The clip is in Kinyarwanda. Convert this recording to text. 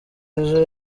ejo